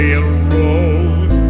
Railroad